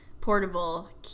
portable